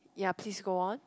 ya please go on